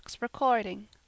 recording